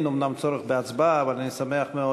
ולכן, אומנם אין צורך בהצבעה, אבל אני שמח מאוד